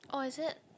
oh is it